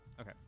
Okay